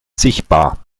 sichtbar